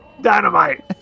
Dynamite